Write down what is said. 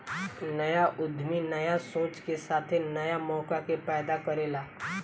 न्या उद्यमी न्या सोच के साथे न्या मौका के पैदा करेला